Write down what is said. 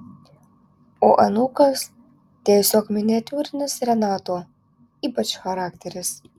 o anūkas tiesiog miniatiūrinis renato ypač charakteris